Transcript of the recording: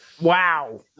Wow